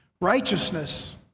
Righteousness